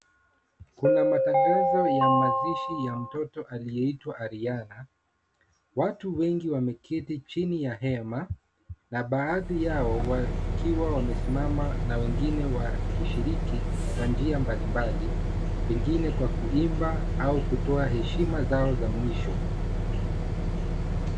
Kuna matangazo ya mazishi ya mtoto aliyeitwa Ariana. Watu wengi wameketi chini ya hema na baadhi yao wakiwa wamesimama na wengine wakishiriki kwa njia mbalimbali pengine kwa kuimba au kutoa heshima zao za mwisho.